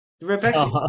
Rebecca